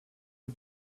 the